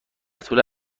طول